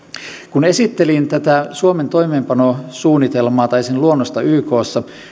kun esittelin tätä suomen toimeenpanosuunnitelmaa tai sen luonnosta ykssa